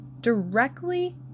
Directly